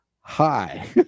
hi